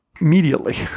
immediately